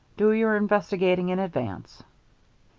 do your investigating in advance.